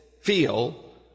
Feel